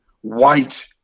white